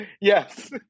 Yes